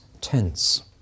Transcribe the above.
tense